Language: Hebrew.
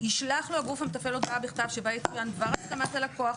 ישלח לו הגוף המתפעל הודעה בכתב שבה יצוין דבר הסכמת הלקוח,